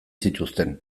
zituzten